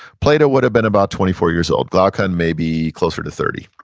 plato would've been about twenty four years old. glaucon may be closer to thirty.